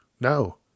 no